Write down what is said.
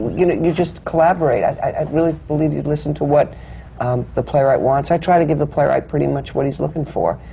you know, you just collaborate. i i really believe you listen to what the playwright wants. i try to give the playwright pretty much what he's looking for,